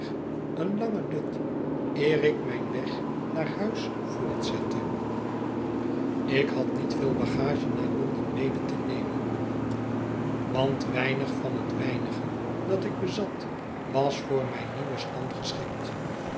een langen dut eer ik mijn weg naar huis voortzette ik had niet veel bagage naar l o n d e n mede te nemen want weinig van het weinige dat ik bezat was voor mijn nieuwen stand geschikt